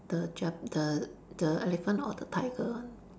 the jap~ the the elephant or the tiger one